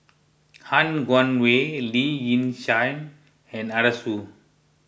Han Guangwei Lee Yi Shyan and Arasu